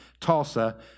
Tulsa